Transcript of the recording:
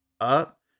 up